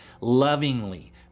lovingly